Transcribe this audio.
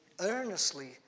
earnestly